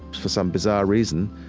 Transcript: for some bizarre reason,